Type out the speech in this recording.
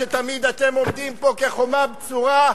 שתמיד אתם עומדים פה כחומה בצורה,